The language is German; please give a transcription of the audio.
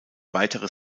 weitere